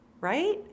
right